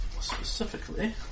Specifically